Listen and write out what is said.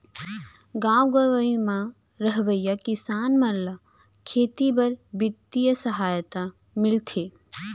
गॉव गँवई म रहवइया किसान मन ल खेती बर बित्तीय सहायता मिलथे